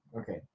okay